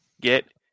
get